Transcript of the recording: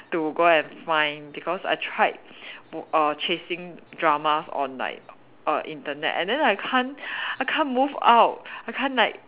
to go and find because I tried m~ err chasing dramas on like err Internet and then I can't I can't move out I can't like